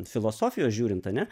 filosofijos žiūrint ane